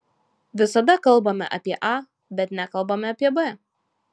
visada kalbame apie a bet nekalbame apie b